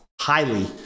highly